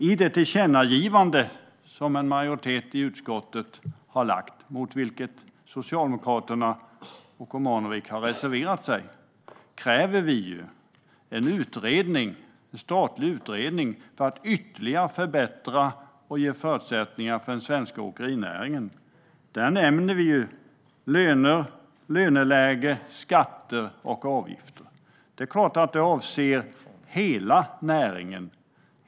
I det tillkännagivande som en majoritet i utskottet har lagt fram ett förslag om, mot vilket Socialdemokraterna och Omanovic har reserverat sig, kräver vi en statlig utredning för att ytterligare förbättra och ge förutsättningar för den svenska åkerinäringen. Där nämner vi löner, löneläge, skatter och avgifter. Det är klart att det avser hela näringen.